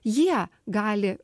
jie gali